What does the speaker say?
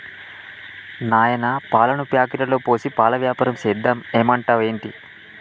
నాయనా పాలను ప్యాకెట్లలో పోసి పాల వ్యాపారం సేద్దాం ఏమంటావ్ ఏంటి